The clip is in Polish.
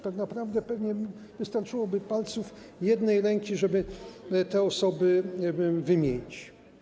Tak naprawdę pewnie wystarczyłoby palców jednej ręki, żeby te osoby wymienić.